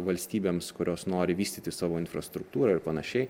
valstybėms kurios nori vystyti savo infrastruktūrą ir panašiai